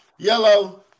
Yellow